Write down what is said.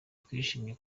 twishimye